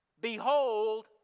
behold